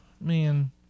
Man